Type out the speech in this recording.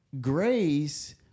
Grace